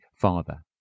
father